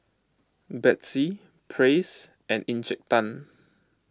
Betsy Praise and Encik Tan